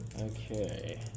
Okay